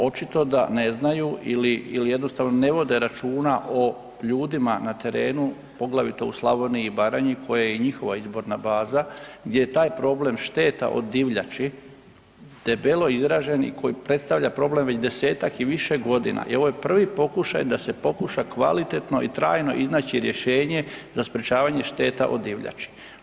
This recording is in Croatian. Očito da ne znaju ili jednostavno ne vode računa o ljudima na terenu poglavito u Slavoniji i Baranji koje je i njihova izborna baza, gdje je taj problem šteta od divljači debelo izražen i koji predstavlja problem već desetak i više godina i ovo je prvi pokušaj da se pokuša kvalitetno i trajno iznaći rješenje za sprječavanje šteta od divljači.